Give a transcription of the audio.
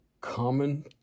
common